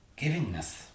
givingness